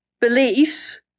beliefs